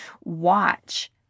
watch